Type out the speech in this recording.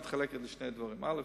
מתחלקת לשני דברים: א.